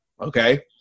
Okay